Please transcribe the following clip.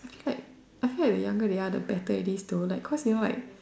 I like I feel like the younger they are the better it is to like cause you know like